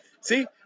See